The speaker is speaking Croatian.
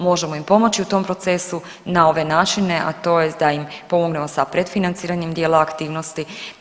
Možemo im pomoći u tom procesu na ove načine, a to je da im pomognemo sa pretfinanciranjem dijela aktivnosti.